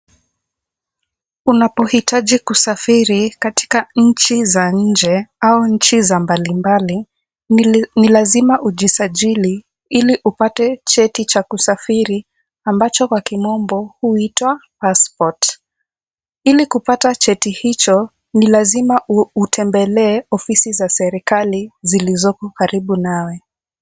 Unapohitaji kusafiri katika nchi za nje, au nchi za mbalimbali, ni lazima ujisajili ili upate cheti cha kusafiri ambacho kwa kimombo huitwa passport . Ili kupata cheti hicho, ni lazima utembelee ofisi za serikali zilizoko karibu nawe.